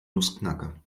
nussknacker